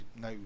no